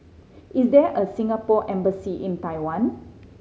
is there a Singapore Embassy in Taiwan